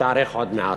שתיערך עוד מעט,